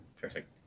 Perfect